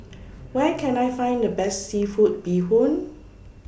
Where Can I Find The Best Seafood Bee Hoon